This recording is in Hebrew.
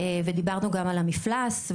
ודיברנו גם על המפלס,